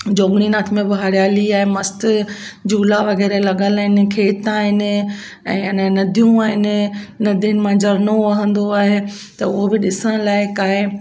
जोगणीनाथ में बि हरियाली आहे मस्तु झूला वग़ैरह लॻियल आहिनि खेता आहिनि ऐं अन नदियूं आहिनि नदियुनि मां झरनो वहंदो आहे त हू बि ॾिसण लाइक़ु आहे